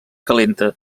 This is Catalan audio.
calenta